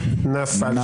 הצבעה לא אושרה נפל.